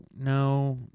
No